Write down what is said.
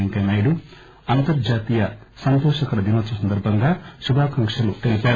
పెంకయ్యనాయుడు అంతర్జాతీయ సంతోషకర దినోత్పవం సందర్భంగా కుభాకాంక్షలు తెలిపారు